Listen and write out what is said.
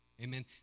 Amen